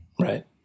Right